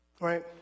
Right